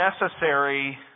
necessary